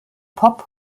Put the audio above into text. pop